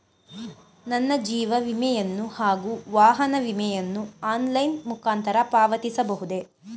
ನನ್ನ ಜೀವ ವಿಮೆಯನ್ನು ಹಾಗೂ ವಾಹನ ವಿಮೆಯನ್ನು ಆನ್ಲೈನ್ ಮುಖಾಂತರ ಪಾವತಿಸಬಹುದೇ?